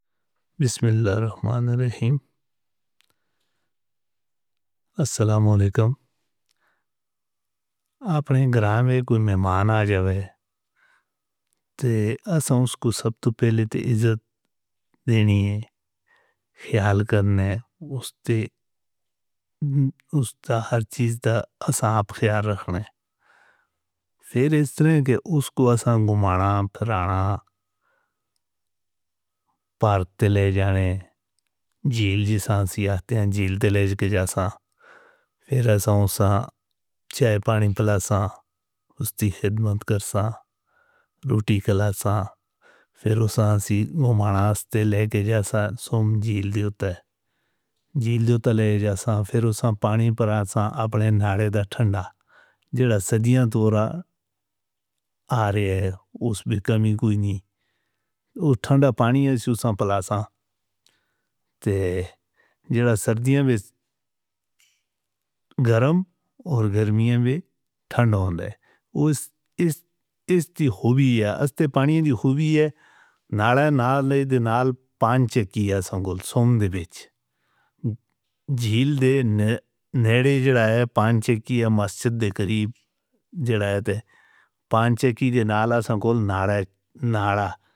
بسم اللہ الرحمن الرحیم السلام علیکم! جے آپݨے پندھریں/مہمان گرامے آوے تاں اساں اونکوں سبھ توں پہلے عزت تے پیار ݙیوݨے آں۔ اوندا ہر پاسے دا خیال رکھݨا اساں اپݨا فرض سمجھدے آں۔ فیر ایں طرح کہ اونکوں گھمائیں پھر آنا پار تے گھن کے ویہڑے جھیلاں دے کنارے سیاحت کروائیں۔ فیر اساں چاء پاݨی پلاوݨا، اوندی خدمت کرݨی، لوٹی کلاوݨی ساݙا شعار ہے۔ فیر اساں اونکوں گھمائیں تے جھیل دے کنارے گھن کے ویہڑے۔ اساں اپݨے نالے دا ٹھنڈا پاݨی پلاوݨے جیڑھا سجے پاسے توں وہندے۔ ایندے وچ کوئی کمی کَمی نئیں۔ ایہ پاݨی ٹھنڈا ہوندا ہے تے جڑا (چشما) سردیاں وچ وی گرم تے گرمیاں وچ وی ٹھنڈا ریہندا ہے۔ ایہ ایندی وڈی خوبی ہے۔ ایں پاݨی دی خاصیت ہے کہ نالے نال دے پنج چشماں ہن: گول سم دے وچ جھیل دے نیرے، جڑا ہے پنج چشماں، مسجد دے کول جڑا ہے پنج چشماں، نالہ سنگول نالے وچ وی چشماں موجود ہن۔